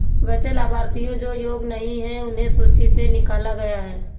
वैसे लाभार्थियों जो योग्य नहीं हैं उन्हें सूची से निकला गया है